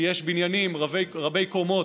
כי יש בניינים רבי-קומות,